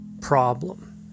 problem